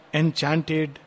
enchanted